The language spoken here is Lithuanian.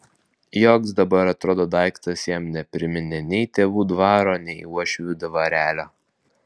joks dabar atrodo daiktas jam nepriminė nei tėvų dvaro nei uošvių dvarelio